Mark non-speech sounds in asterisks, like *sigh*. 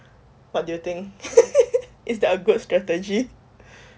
what do you think *laughs* is that a good strategy